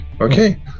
Okay